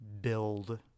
build